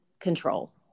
control